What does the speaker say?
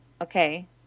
Okay